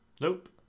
Nope